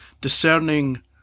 discerning